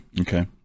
okay